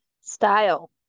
Style